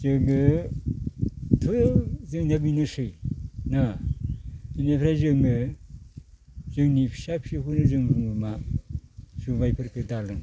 जोङोथ' जोंनिया बेनोसै ना इनिफ्राय जोङो जोंनि फिसा फिसौफोरनो जों बुङो मा जुमायफोरखो दा लों